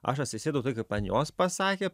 aš atsisėdau tai kaip man jos pasakė